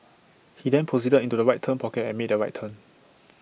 he then proceeded into the right turn pocket and made the right turn